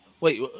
Wait